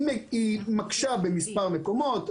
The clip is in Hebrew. היא מקשה במספר מקומות,